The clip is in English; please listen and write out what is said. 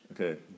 Okay